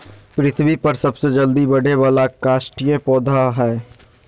पृथ्वी पर सबसे जल्दी बढ़े वाला काष्ठिय पौधा हइ